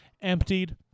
emptied